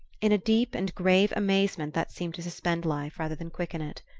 in a deep and grave amazement that seemed to suspend life rather than quicken it.